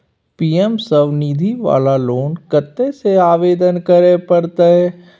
PM Svanidhi वाला loan कत्ते से आवेदन करे परतै?